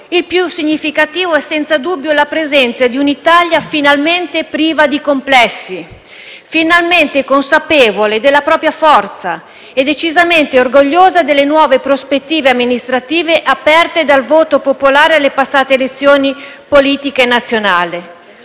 il più significativo è senza dubbio la presenza di un'Italia finalmente priva di complessi, finalmente consapevole della propria forza e decisamente orgogliosa delle nuove prospettive amministrative aperte dal voto popolare alle passate elezioni politiche nazionali.